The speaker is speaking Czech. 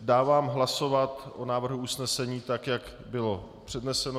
Dávám hlasovat o návrhu usnesení tak, jak bylo předneseno.